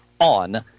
on